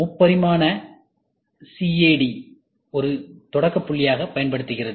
முப்பரிமான சிஏடி ஒரு தொடக்க புள்ளியாக பயன்படுத்தப்படுகிறது